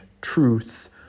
truth